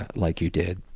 like you did.